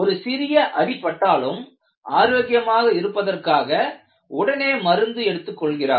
ஒரு சிறிய அடிபட்டாலும் ஆரோக்கியமாக இருப்பதற்காக உடனே மருந்து எடுத்துக் கொள்கிறார்கள்